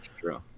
true